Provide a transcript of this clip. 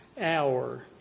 hour